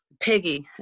Peggy